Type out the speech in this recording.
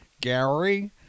Gary